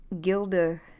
Gilda